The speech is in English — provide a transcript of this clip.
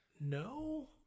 No